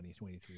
2023